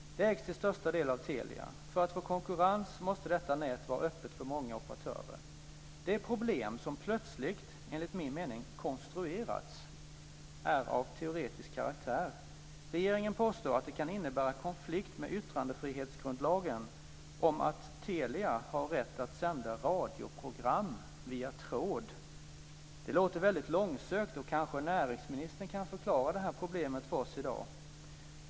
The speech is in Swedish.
Det ägs till största delen av Telia. För att få konkurrens måste detta nät vara öppet för många operatörer. Det problem som plötsligt - enligt min mening - konstruerats är av teoretisk karaktär. Regeringen påstår att det kan innebära konflikt med yttrandefrihetsgrundlagen för att Telia har rätt att sända radioprogram via tråd. Det låter väldigt långsökt. Kanske näringsministern kan förklara det problemet för oss i dag.